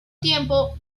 tiempo